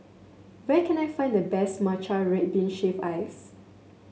where can I find the best Matcha Red Bean Shaved Ice